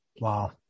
Wow